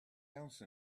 else